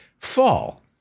fall